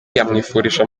yamwifurije